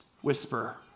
whisper